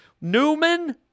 Newman